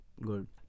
good